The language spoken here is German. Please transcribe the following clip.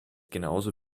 genauso